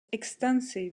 extensive